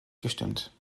gestimmt